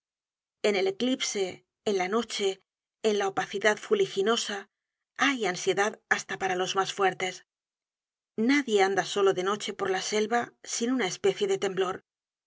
en el eclipse en la noche en la opacidad fuliginosa hay ansiedad hasta para los mas fuertes nadie anda solo de noche por la selva sin una especie de temblor sombras y